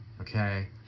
okay